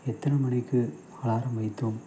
எத்தனை மணிக்கு அலாரம் வைத்தோம்